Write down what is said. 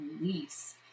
release